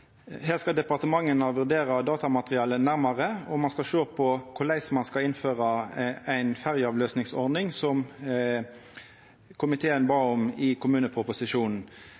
Her skal departementa vurdere datamaterialet nærmare, og ein skal sjå på korleis ein skal innføra ei ferjeavløysingsordning, slik komiteen bad om i samband med kommuneproposisjonen.